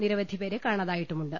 നിരവധി പേരെ കാണാതായിട്ടുമുണ്ട്